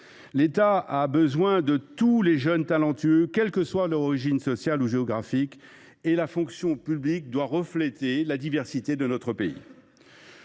l’État a besoin de tous les jeunes talentueux, quelle que soit leur origine sociale ou géographique, et la fonction publique doit refléter la diversité de notre pays.